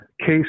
case